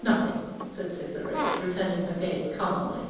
nothing, said cytherea, returning her gaze calmly,